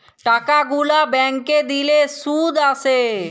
টাকা গুলা ব্যাংকে দিলে শুধ আসে